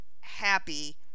happy